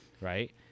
Right